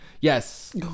Yes